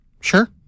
Sure